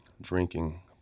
drinking